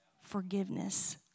forgiveness